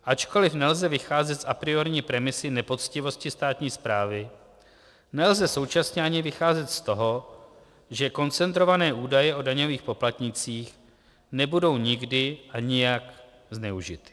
Ačkoli nelze vycházet z apriorní premisy nepoctivosti státní správy, nelze současně ani vycházet z toho, že koncentrované údaje o daňových poplatnících nebudou nikdy a nijak zneužity.